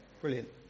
brilliant